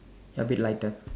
a bit lighter